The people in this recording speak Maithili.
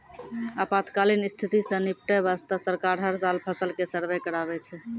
आपातकालीन स्थिति सॅ निपटै वास्तॅ सरकार हर साल फसल के सर्वें कराबै छै